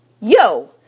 Yo